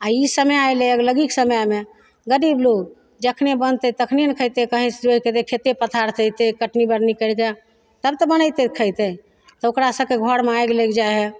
आओर ई समय अयलय आगिलगीके समयमे गरीब लोग जखने बनतय तखने ने खेतय खेते पथारसँ अयतय कटनी बढ़नी करिके तब तऽ बनेतय खेतय तऽ ओकरा सबके घरमे आगि लागि जाइ हइ